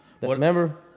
Remember